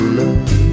love